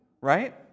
right